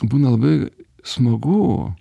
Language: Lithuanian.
būna labai smagu